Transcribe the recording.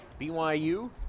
BYU